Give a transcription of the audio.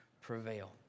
prevail